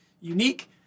unique